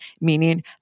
meaning